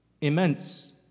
immense